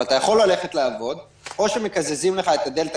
אתה יכול ללכת לעבוד ואז או שמקזזים לך את הדלתא,